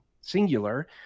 singular